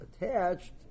attached